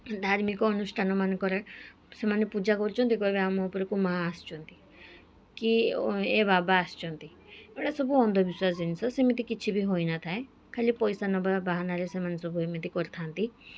ଧାର୍ମିକ ଅନୁଷ୍ଠାନମାନଙ୍କରେ ସେମାନେ ପୂଜା କରୁଛନ୍ତି କହିବେ ଆମ ଉପରକୁ ମାଆ ଆସିଛନ୍ତି କି ଏ ବାବା ଆସିଛନ୍ତି ଏଗୁଡ଼ାକ ସବୁ ଅନ୍ଧବିଶ୍ୱାସ ସେମିତି କିଛି ହୋଇ ନଥାଏ ଖାଲି ପଇସା ନେବା ବାହାନାରେ ସେମାନେ ସବୁ ଏମିତି କରିଥାନ୍ତି